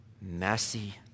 messy